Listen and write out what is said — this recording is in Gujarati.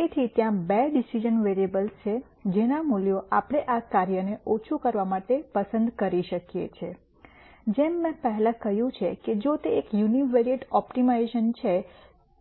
તેથી ત્યાં બે ડિસિઝન વેરીએબલ્સ છે જેના મૂલ્યો આપણે આ કાર્યને ઓછું કરવા માટે પસંદ કરી શકીએ છીએ જેમ મેં પહેલાં કહ્યું છે કે જો તે એક યુનિવેરિએંટ ઓપ્ટિમાઇઝેશન છે